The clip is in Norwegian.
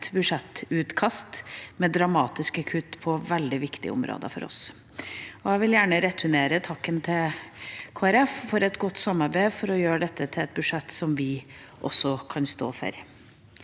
et budsjettutkast med dramatiske kutt på veldig viktige områder for oss. Jeg vil gjerne returnere takken til Kristelig Folkeparti for et godt samarbeid for å gjøre dette til et budsjett som også vi kan stå for.